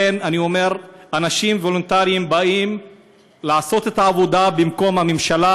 אנשים וולונטריים באים לעשות את העבודה במקום הממשלה,